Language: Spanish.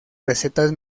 recetas